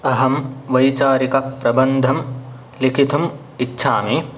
अहं वैचारिकप्रबन्धं लिखितुम् इच्छामि